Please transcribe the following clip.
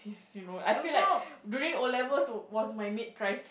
it's you know I feel like during O-levels were was my mid crisis